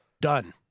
Done